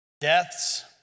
deaths